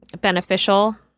beneficial